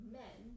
men